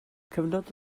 cyfnod